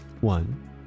One